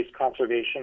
conservation